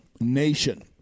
nation